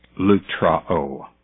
lutrao